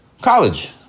college